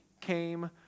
came